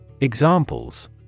Examples